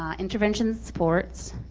ah intervention supports,